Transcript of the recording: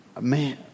man